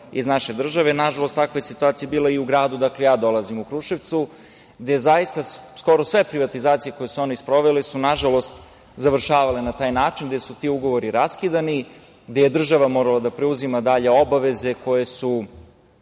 iz naše države. Nažalost, takva je situacija bila i u gradu odakle ja dolazim, u Kruševcu, gde zaista skoro sve privatizacije koje su oni sproveli su, nažalost, završavale na taj način, gde su ti ugovori raskidani, gde je država morala da preuzima dalje obaveze koje su